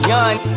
Young